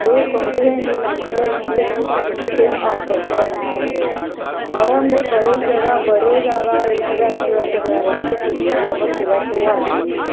ते सुंड गै इन्नी मैंह्गी ऐ इसलेई में चाह्न्नी कोई आफर थ्होऐ मिगी सुंड उप्पर अवा में बड़ी जगह् बड़े ज्यादा एह् रेस्ट्ररेंट बगैरा च फिरी आई पर कुदै थ्होआ दी नेईं ऐ